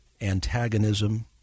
antagonism